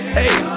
hey